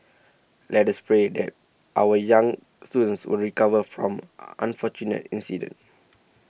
let us pray that our young students will recover from unfortunate incident